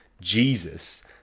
Jesus